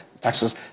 taxes